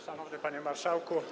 Szanowny Panie Marszałku!